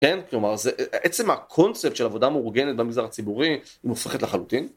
כן? כלומר, עצם הקונספט של עבודה מאורגנת במגזר הציבורי, היא מופרכת לחלוטין?